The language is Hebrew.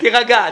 תירגע.